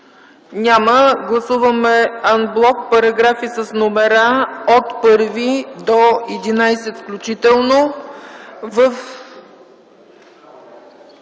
Няма. Гласуваме ан блок параграфи с номера от 1 до 11 включително